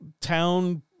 town